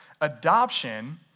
Adoption